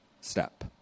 step